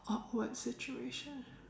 awkward situation